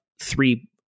three